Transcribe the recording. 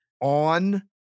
on